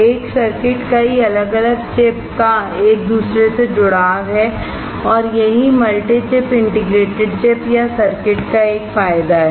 एक सर्किट कई अलग अलग चिप का एक दूसरे से जुड़ाव है और यही मल्टी चिप इंटीग्रेटेड चिप या सर्किट का एक फायदा है